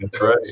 Right